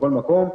בכל מקום.